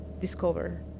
discover